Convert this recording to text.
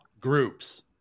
groups